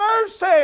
mercy